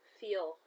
feel